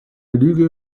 lüge